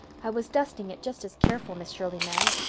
i was dusting it just as careful, miss shirley, ma'am,